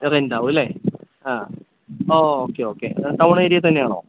റെൻ്റാവും അല്ലേ ആ ഓ ഓ ഓക്കെ യോക്കെ ടൗണേ് ഏരിയേൽ തന്നെയാണോ